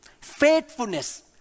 faithfulness